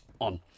on